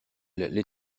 les